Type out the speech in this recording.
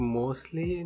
mostly